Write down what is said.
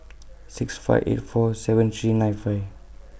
six five eight four seven three nine five